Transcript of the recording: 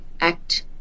act